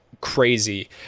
crazy